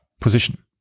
position